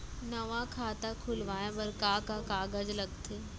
नवा खाता खुलवाए बर का का कागज लगथे?